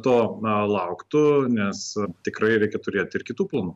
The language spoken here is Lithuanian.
to na lauktų nes tikrai reikia turėt ir kitų planų